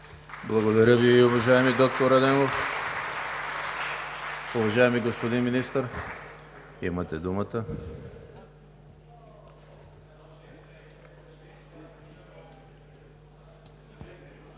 Благодаря Ви, уважаеми доктор Адемов. Уважаеми господин Министър, имате думата.